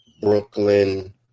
Brooklyn